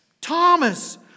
Thomas